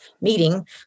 meeting